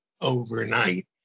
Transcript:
overnight